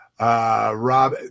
Rob